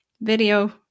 video